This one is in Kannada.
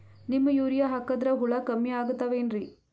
ನೀಮ್ ಯೂರಿಯ ಹಾಕದ್ರ ಹುಳ ಕಮ್ಮಿ ಆಗತಾವೇನರಿ?